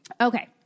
Okay